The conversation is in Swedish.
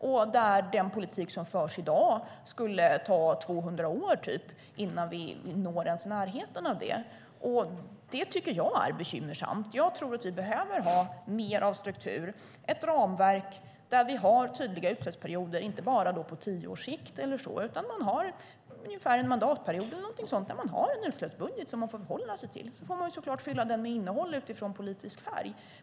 Och med den politik som förs i dag skulle det ta 200 år, typ, innan vi ens är i närheten av det. Det tycker jag är bekymmersamt. Jag tror att vi behöver ha mer av struktur, ett ramverk där vi har tydliga utsläppsperioder, inte bara på tio års sikt eller så. Det handlar om att man har ungefär en mandatperiod eller någonting sådant där man har en utsläppsbudget som man får förhålla sig till. Sedan får man såklart fylla den med innehåll utifrån politisk färg.